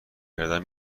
کردن